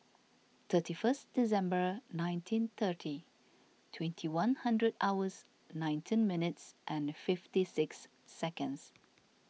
thirty first December nineteen thirty twenty one hundred hours nineteen minutes and fifty six seconds